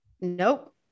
nope